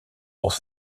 pour